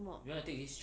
做么